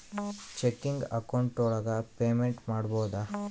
checking account ಒಳಗ payment ಮಾಡ್ಬೋದು